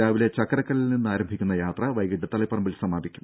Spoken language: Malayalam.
രാവിലെ ചക്കരക്കല്ലിൽ നിന്നാരംഭിക്കുന്ന യാത്ര വൈകീട്ട് തളിപ്പറമ്പിൽ സമാപിക്കും